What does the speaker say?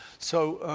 so